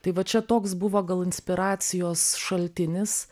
tai va čia toks buvo gal inspiracijos šaltinis